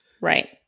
right